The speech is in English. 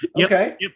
Okay